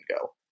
go